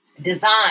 design